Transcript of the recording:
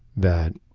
that